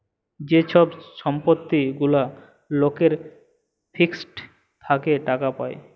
যে ছব সম্পত্তি গুলা লকের ফিক্সড থ্যাকে টাকা পায়